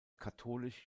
katholisch